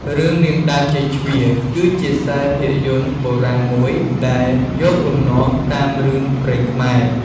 រឿង នាងដើមចេកជ្វា គឺជាខ្សែភាពយន្តបុរាណមួយ ដែលយកលំនាំតាមរឿងព្រេងខ្មែរ។